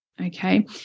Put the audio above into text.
okay